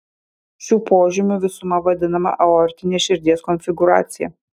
šių požymių visuma vadinama aortine širdies konfigūracija